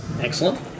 Excellent